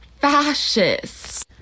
fascists